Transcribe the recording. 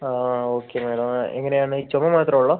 okay madam എങ്ങനെയാണ് ഈ ചുമ മാത്രമേ ഉള്ളോ